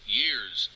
years